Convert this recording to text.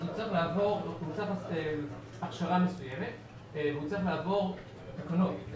הוא צריך לעבור הכשרה מסוימת והוא צריך לעבור בחינה.